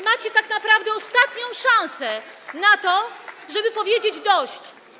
Macie tak naprawdę ostatnią szansę na to, żeby powiedzieć: dość.